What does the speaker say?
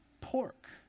pork